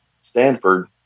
Stanford